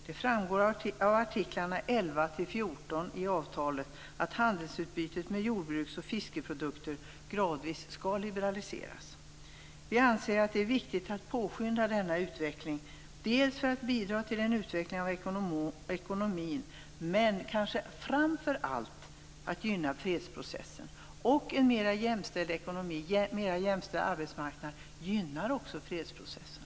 Det framgår av artiklarna 11-14 i avtalet att handelsutbytet med jordbruks och fiskeprodukter gradvis skall liberaliseras. Vi anser att det är viktigt att påskynda denna utveckling, dels för att bidra till en utveckling av ekonomin, dels och kanske framför allt för att gynna fredsprocessen. En mera jämställd ekonomi med en mera jämställd arbetsmarknad gynnar också fredsprocessen.